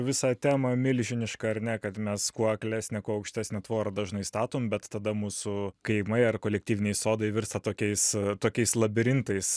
visą temą milžinišką ar ne kad mes kuo aklesnę kuo aukštesnę tvorą dažnai statom bet tada mūsų kaimai ar kolektyviniai sodai virsta tokiais tokiais labirintais